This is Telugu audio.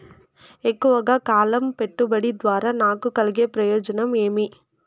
ఎక్కువగా కాలం పెట్టుబడి ద్వారా నాకు కలిగే ప్రయోజనం ఏమి?